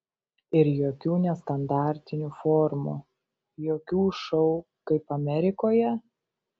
ir jokių nestandartinių formų jokių šou kaip amerikoje